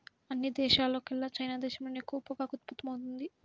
అన్ని దేశాల్లోకెల్లా చైనా దేశంలోనే ఎక్కువ పొగాకు ఉత్పత్తవుతుంది